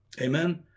Amen